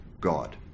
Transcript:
God